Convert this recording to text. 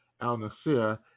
al-nasir